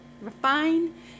refine